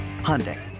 Hyundai